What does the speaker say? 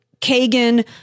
Kagan